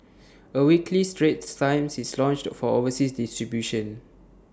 A weekly straits times is launched for overseas distribution